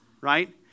right